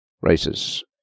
races